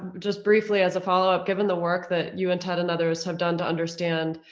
just briefly as a followup, given the work that you and ted and others have done to understand,